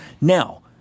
Now